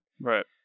right